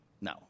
No